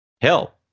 Hell